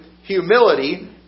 humility